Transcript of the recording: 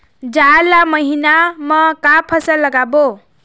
जाड़ ला महीना म का फसल लगाबो?